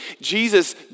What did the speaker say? Jesus